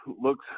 looks –